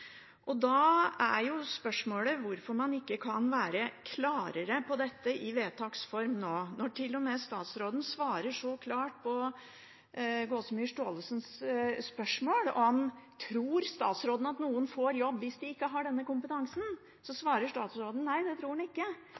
Da er spørsmålet hvorfor man ikke kan være klarere på dette i vedtaksform nå, når til og med statsråden svarer så klart på representanten Gåsemyr Staalesens spørsmål om statsråden tror at noen får jobb hvis de ikke har denne kompetansen. Statsråden svarer at nei, det tror han ikke.